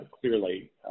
clearly